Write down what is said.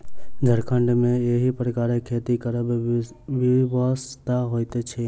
झारखण्ड मे एहि प्रकारक खेती करब विवशता होइत छै